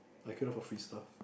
I queue up for free stuff